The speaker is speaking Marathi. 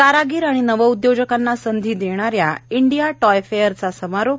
कारागीर आणि नवउद्योजकांना संधी देणाऱ्या इंडिया टायफेयरचा समारोप